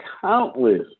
countless